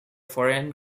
foreign